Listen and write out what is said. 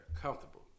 comfortable